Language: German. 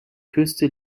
küste